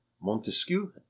Montesquieu